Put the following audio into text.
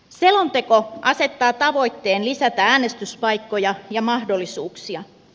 selonteko asettaa tavoitteen lisätä äänestyspaikkoja ja mahdollisuuksia